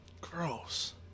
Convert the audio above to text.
gross